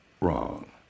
wrong